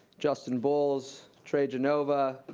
justin boals, trey genova,